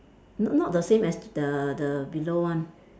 not not the same as the the below one